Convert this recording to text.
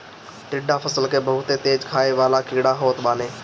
टिड्डा फसल के बहुते तेज खाए वाला कीड़ा होत बाने